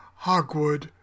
Hogwood